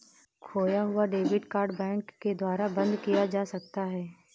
खोया हुआ debit card bank के द्वारा बंद किया जा सकता है